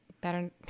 better